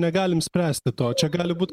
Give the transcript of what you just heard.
negalim spręsti to čia gali būt